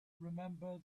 remember